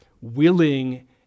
willing